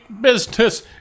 business